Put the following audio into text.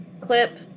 clip